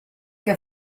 que